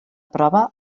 prova